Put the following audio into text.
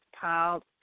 piled